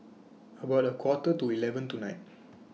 about A Quarter to eleven tonight